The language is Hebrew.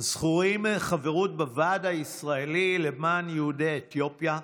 זכורים חברות בוועד הישראלי למען יהודי אתיופיה,